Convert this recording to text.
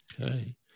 Okay